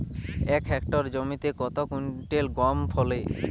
এক হেক্টর জমিতে কত কুইন্টাল গম ফলে?